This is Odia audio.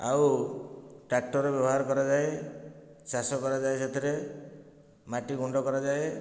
ଆଉ ଟ୍ରାକ୍ଟର ବ୍ୟବହାର କରାଯାଏ ଚାଷ କରାଯାଏ ସେଥିରେ ମାଟି ଗୁଣ୍ଡ କରାଯାଏ